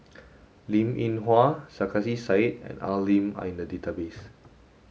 Linn In Hua Sarkasi said and Al Lim are in the database